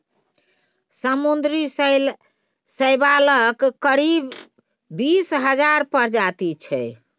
समुद्री शैवालक करीब बीस हजार प्रजाति छै